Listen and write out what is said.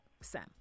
Sam